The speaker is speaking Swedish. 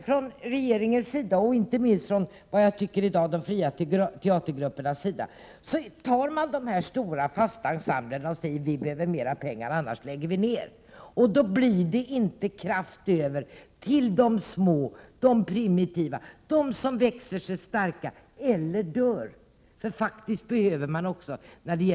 Från regeringens sida och i dag inte minst från de fria teatergruppernas sida tar man sikte på de stora, fasta ensemblerna och säger: Vi behöver mer pengar — annars lägger vi ned verksamheten. Men då blir det inte kraft över till de små och primitiva teatrarna, de teatrar som antingen växer sig starka eller dör.